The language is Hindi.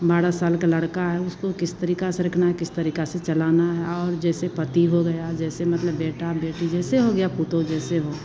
बारह साल का लड़का है उसको किस तरीका से रखना है किस तरीका से चलाना है और जैसे पति हो गया जैसे मतलब बेटा बेटी जैसे हो गया पतोह जैसे हो